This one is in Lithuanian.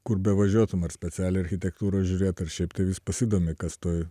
kur bevažiuotum ar specialiai architektūros žiūrėt ar šiaip tai vis pasidomi kas toj